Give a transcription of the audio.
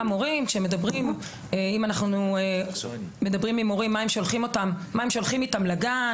אם אנחנו מדברים עם הורים מה הם שולחים איתם לגן